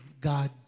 God